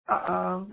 Uh-oh